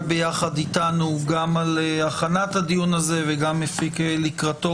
ביחד איתנו גם על הכנת הדיון הזה וגם הפיק לקראתו